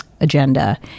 agenda